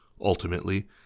Ultimately